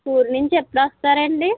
ఊరు నుంచి ఎప్పుడు వస్తారండి